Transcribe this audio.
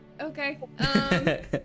okay